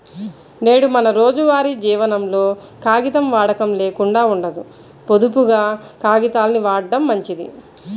నేడు మన రోజువారీ జీవనంలో కాగితం వాడకం లేకుండా ఉండదు, పొదుపుగా కాగితాల్ని వాడటం మంచిది